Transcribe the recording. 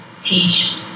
teach